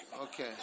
Okay